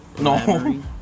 No